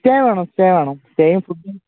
stay വേണം stay വേണം സ്റ്റേയും ഫുഡ്ഡും